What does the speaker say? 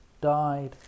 died